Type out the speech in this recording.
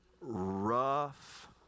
rough